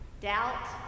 Doubt